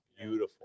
Beautiful